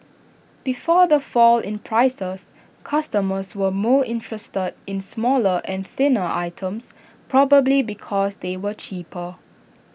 before the fall in prices customers were more interested in smaller and thinner items probably because they were cheaper